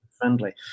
friendly